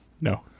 No